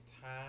time